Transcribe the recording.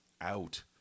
out